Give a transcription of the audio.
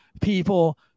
people